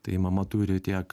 tai mama turi tiek